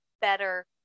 better